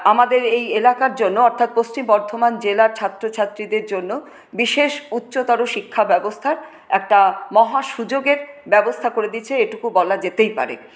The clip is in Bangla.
আমাদের এই এলাকার জন্য অর্থাৎ পশ্চিম বর্ধমান জেলার ছাত্রছাত্রীদের জন্য বিশেষ উচ্চতর শিক্ষাব্যবস্থার একটা মহা সুযোগের ব্যবস্থা করে দিয়েছে এইটুকু বলা যেতেই পারে